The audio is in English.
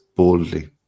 Boldly